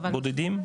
בודדים.